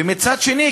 ומצד שני,